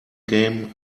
game